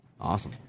Awesome